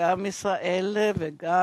גם ישראל וגם